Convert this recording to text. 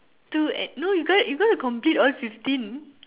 two eh no you got to complete all fifteen